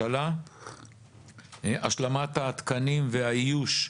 השלמת התקנים והאיוש,